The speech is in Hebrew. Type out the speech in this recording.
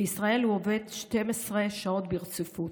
בישראל הוא עובד 12 שעות ברציפות.